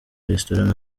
restaurant